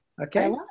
Okay